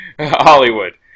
Hollywood